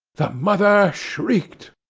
the mother shrieked.